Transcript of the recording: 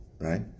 Right